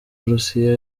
burusiya